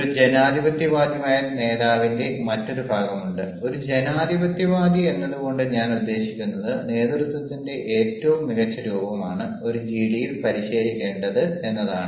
ഒരു ജനാധിപത്യവാദിയായ നേതാവിന്റെ മറ്റൊരു ഭാഗമുണ്ട് ഒരു ജനാധിപത്യവാദി എന്നതുകൊണ്ട് ഞാൻ ഉദ്ദേശിക്കുന്നത് നേതൃത്വത്തിന്റെ ഏറ്റവും മികച്ച രൂപമാണ് ഒരു ജിഡിയിൽ പരിശീലിക്കേണ്ടത് എന്നതാണ്